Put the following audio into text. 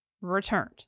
returned